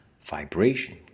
Vibration